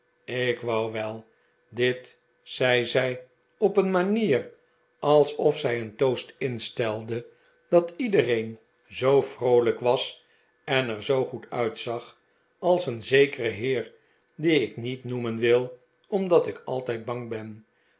ik wou wel dit zei zij op een manier alsof zij een toast instelde dat iedereen zoo vroolijk was en er zoo goed uitzag als een zekere heer dien ik niet noemen wil omdat ik altijd bang ben